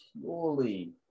purely